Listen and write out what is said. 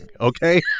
okay